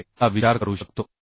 2fy चा विचार करू शकतो